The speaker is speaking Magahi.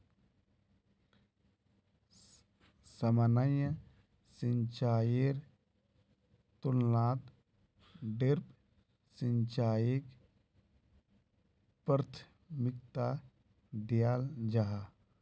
सामान्य सिंचाईर तुलनात ड्रिप सिंचाईक प्राथमिकता दियाल जाहा